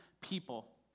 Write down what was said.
people